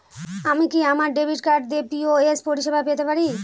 আমি কি আমার ডেবিট কার্ড দিয়ে পি.ও.এস পরিষেবা পেতে পারি?